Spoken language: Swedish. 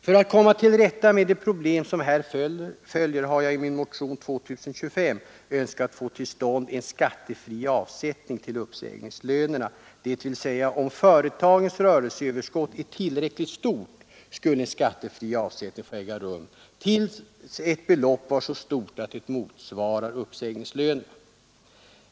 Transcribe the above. För att komma till rätta med de problem som här följer har jag i min motion 2025 önskat få till stånd en skattefri avsättning till uppsägningslönerna, dvs. om företagets rörelseöverskott är tillräckligt stort, skulle en skattefri avsättning få äga rum tills ett belopp var så stort att det motsvarar uppsägningslönerna.